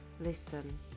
Listen